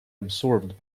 absorbed